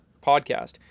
podcast